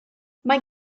mae